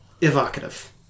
evocative